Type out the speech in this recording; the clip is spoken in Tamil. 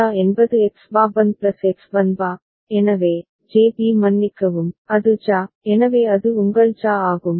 JA என்பது X bar Bn plus X Bn bar எனவே JB மன்னிக்கவும் அது JA எனவே அது உங்கள் JA ஆகும்